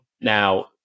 Now